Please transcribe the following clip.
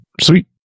sweet